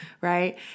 Right